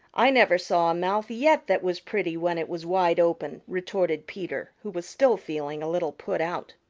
i never saw a mouth yet that was pretty when it was wide open, retorted peter, who was still feeling a little put out.